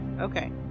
Okay